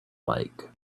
like